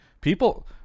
People